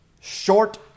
short